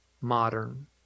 modern